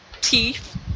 teeth